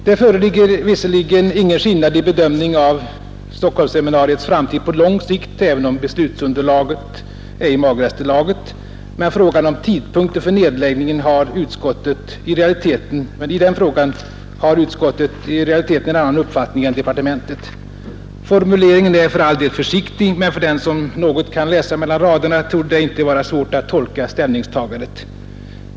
Det föreligger visserligen ingen skillnad i bedömning av Stockholmsseminariets framtid på lång sikt — även om beslutsunderlaget är i magraste laget — men i fråga om tidpunkten för nedläggningen har utskottet i realiteten en annan uppfattning än departementet. Formuleringen är för all del försiktig, men för den som något kan läsa mellan raderna torde det inte vara svårt att tolka ställningstagandet.